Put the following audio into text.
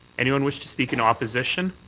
anyone wish to speak in opposition?